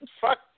fuck